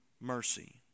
mercy